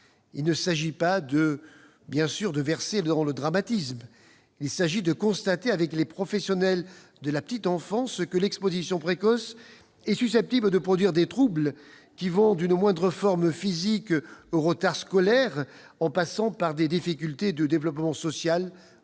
bien entendu, de verser dans le dramatique, mais de constater, avec les professionnels de la petite enfance, que l'exposition précoce est susceptible de produire des troubles qui vont d'une moindre forme physique au retard scolaire, en passant par des difficultés de développement social ou